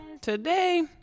today